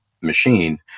machine